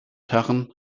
herren